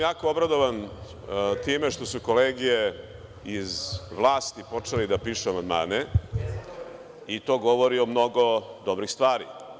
Jako sam obradovan time što su kolege iz vlasti počele da pišu amandmane i to govori o mnogo dobrih stvari.